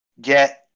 get